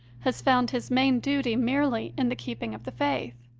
has found his main duty merely in the keeping of the faith.